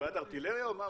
הגז וכו' וכו'